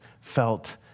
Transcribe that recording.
felt